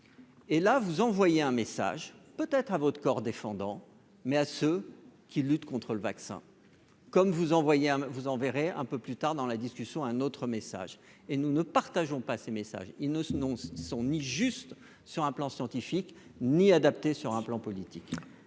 et là vous envoyer un message peut être à votre corps défendant, mais à ceux qui luttent contre le vaccin comme vous envoyez un vous enverrai un peu plus tard dans la discussion, un autre message et nous ne partageons pas ses messages, il ne s'non son ni juste sur un plan scientifique ni adapté sur un plan politique.